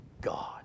God